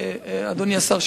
אדוני השר,